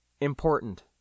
important